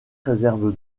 réserve